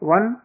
One